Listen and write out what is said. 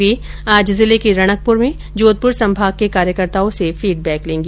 वे आज जिले के रणकपुर में जोधपुर संभाग के कार्यकर्ताओं से फीडबैक लेंगी